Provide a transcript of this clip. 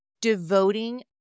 devoting